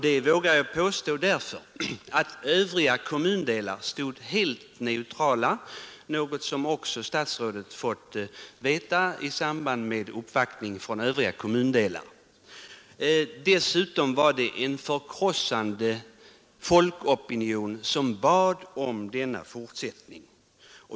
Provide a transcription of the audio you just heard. Jag vågar påstå detta därför att övriga kommundelar stod helt neutrala, något som också statsrådet fått veta i samband med uppvaktning från övriga kommundelar. Dessutom var det en förkrossande folkopinion som bad om denna fortsättning.